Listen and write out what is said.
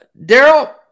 Daryl